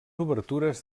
obertures